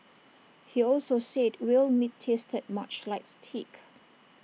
he also said whale meat tasted much like steak